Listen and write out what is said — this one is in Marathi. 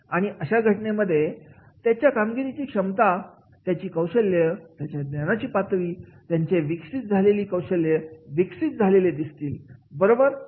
आणि अशा घटनेमध्ये त्याच्या कामगिरीची सक्षमता त्याची कौशल्य त्याची ज्ञानाची पातळी त्याचे विकसित झालेली कौशल्य दिसतील बरोबर